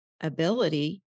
ability